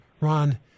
Ron